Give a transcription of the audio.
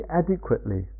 adequately